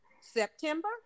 September